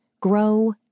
grow